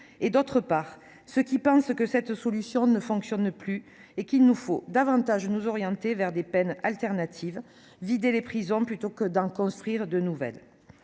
-et, d'autre part, ceux qui pensent que cette solution ne fonctionne plus et qu'il nous faut davantage nous orienter vers des peines alternatives, qu'il faut vider les prisons plutôt qu'en construire de nouvelles.